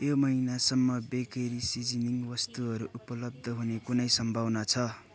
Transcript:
यो महिनासम्म bakery seasoning वस्तुहरू उपलब्ध हुने कुनै सम्भावना छ